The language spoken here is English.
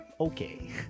okay